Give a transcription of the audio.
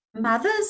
mothers